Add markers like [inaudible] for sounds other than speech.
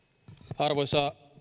arvoisa [unintelligible]